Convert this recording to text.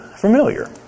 familiar